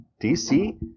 DC